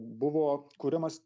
buvo kuriamas